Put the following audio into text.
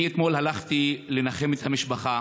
אתמול הלכתי לנחם את המשפחה,